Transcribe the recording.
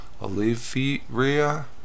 Olivia